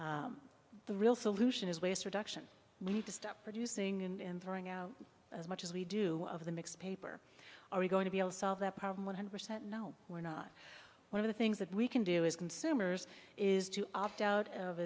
the real solution is waste reduction we need to stop producing and throwing out as much as we do of the mix paper are we going to be able solve that problem one hundred percent no we're not one of the things that we can do is consumers is to opt out of